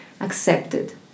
accepted